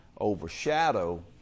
overshadow